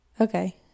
Okay